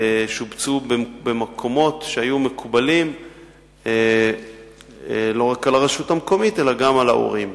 ושובצו במקומות שהיו מקובלים לא רק על הרשות המקומית אלא גם על ההורים.